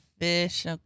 fish